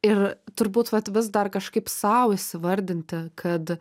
ir turbūt vat vis dar kažkaip sau įsivardinti kad